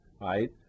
Right